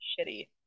shitty